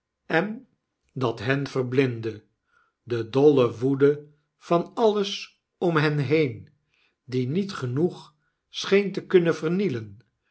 en dat hen verblindde de dolle woede van alles om hen heen die niet genoeg scheen te kunnen vernielen